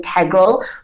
integral